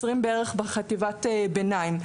בערך 20% בחטיבת הביניים.